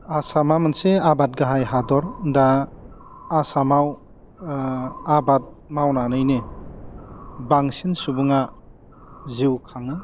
आसामा मोनसे आबाद गाहाय हादर दा आसामाव आबाद मावनानैनो बांसिन सुबुंआ जिउ खाङो